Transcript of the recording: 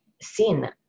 sin